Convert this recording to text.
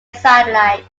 satellite